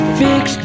fix